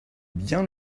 bien